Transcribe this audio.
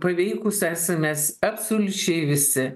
paveikūs esam mes absoliučiai visi